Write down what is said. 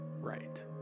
right